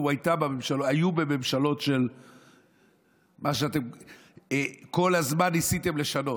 היו בממשלות שאתם כל הזמן ניסיתם לשנות.